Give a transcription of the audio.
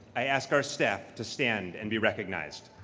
i ask our staff to stand and be recognized.